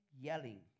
yelling